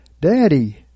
Daddy